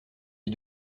dix